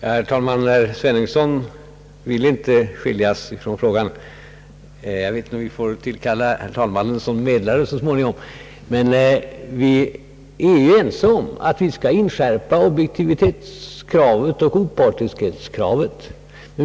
Herr talman! Herr Svenungsson vill tydligen inte skiljas från frågan — vi kanske får lov att tillkalla herr talmannen som medlare så småningom. Vi är ju överens om att vi skall inskärpa objektivitetskravet och kravet på opartiskhet.